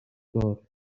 دار